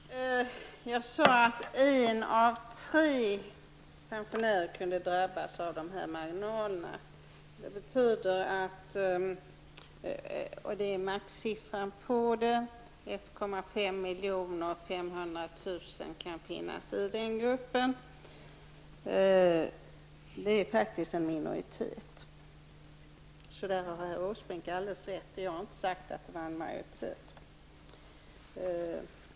Herr talman! Jag sade att en av tre pensionärer kunde drabbas av de här marginalerna. Det är maxsiffran. Av 1,5 miljoner pensionärer kan 500 000 finnas i den gruppen. Det är faktiskt en minoritet, där har herr Åsbrink alldeles rätt. Jag har inte sagt att det var en majoritet.